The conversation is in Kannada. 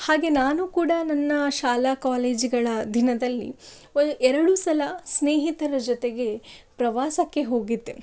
ಹಾಗೆ ನಾನು ಕೂಡ ನನ್ನ ಶಾಲಾ ಕಾಲೇಜುಗಳ ದಿನದಲ್ಲಿ ಒ ಎರಡು ಸಲ ಸ್ನೇಹಿತರ ಜೊತೆಗೆ ಪ್ರವಾಸಕ್ಕೆ ಹೋಗಿದ್ದೆ